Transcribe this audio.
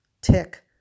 tick